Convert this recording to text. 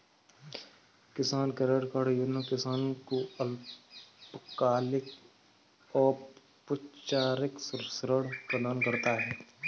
किसान credit card योजना किसान को अल्पकालिक औपचारिक ऋण प्रदान करता है